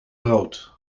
brood